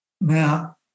Now